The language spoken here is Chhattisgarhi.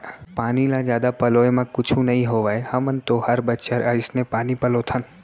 पानी ल जादा पलोय म कुछु नइ होवय हमन तो हर बछर अइसने पानी पलोथन